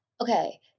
Okay